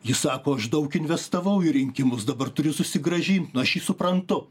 jis sako aš daug investavau į rinkimus dabar turiu susigrąžint nu aš jį suprantu